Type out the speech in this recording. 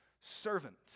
servant